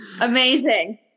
Amazing